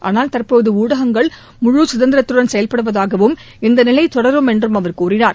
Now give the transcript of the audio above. ஆனால் தற்போது ஊடகங்கள் முழு சுதந்திரத்துடன் செயவ்படுவதாகவும் இந்த நிலை தொடரும் என்றும் அவர் தெரிவித்தார்